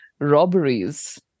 robberies